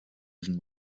lösen